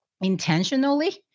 intentionally